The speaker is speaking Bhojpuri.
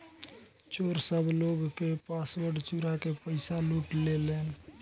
चोर सब लोग के पासवर्ड चुरा के पईसा लूट लेलेन